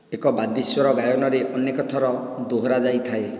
ଏକ ବାଦୀ ସ୍ଵର ଗାୟନରେ ଅନେକ ଥର ଦୋହରା ଯାଇଥାଏ